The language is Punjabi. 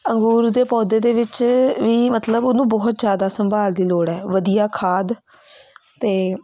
ਅੰਗੂਰ ਦੇ ਪੌਦੇ ਦੇ ਵਿੱਚ ਵੀ ਮਤਲਬ ਉਹਨੂੰ ਬਹੁਤ ਜ਼ਿਆਦਾ ਸੰਭਾਲ ਦੀ ਲੋੜ ਹੈ ਵਧੀਆ ਖਾਦ ਅਤੇ